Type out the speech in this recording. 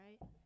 right